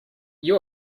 you